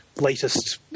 latest